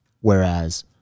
whereas